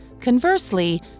Conversely